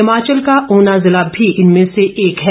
हिमाचल का ऊना जिला भी इनमें से एक है